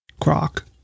Croc